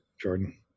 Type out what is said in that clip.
jordan